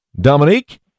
Dominique